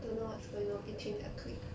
don't know what's going on between their clique